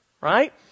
right